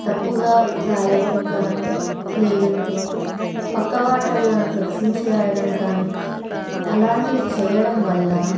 తప్పుగా రాయడం కానీ లేదంటే పక్కవాళ్ళ దాంట్లో చూసి రాయడం కానీ అలాంటివి చేయడం వల్ల